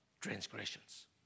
transgressions